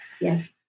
Yes